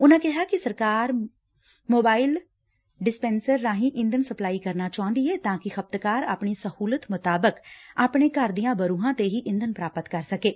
ਉਨੂਾ ਕਿਹਾ ਕਿ ਸਰਕਾਰ ਮੋਬਾਇਲ ਡਿਸਪੈਨਸਰ ਰਾਹੀਂ ਈ ਂਧਣ ਸਪਲਾਈ ਕਰਨਾ ਚਾਹੁੰਦੀ ਏ ਤਾਂ ਕਿ ਖ਼ਪਤਕਾਰ ਆਪਣੀ ਸਹੁਲਤ ਮੁਤਾਬਿਕ ਆਪਣੇ ਘਰ ਦੀਆਂ ਬਰੁਹਾਂ ਤੇ ਹੀ ਈਂਧਣ ਪ੍ਰਾਪਤ ਕਰ ਸਕੇ